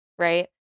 right